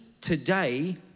today